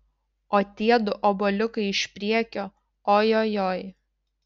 o tiedu obuoliukai iš priekio ojojoi